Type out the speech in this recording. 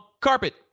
carpet